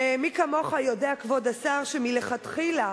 ומי כמוך יודע, כבוד השר, שמלכתחילה